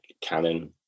canon